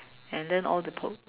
and then all the po~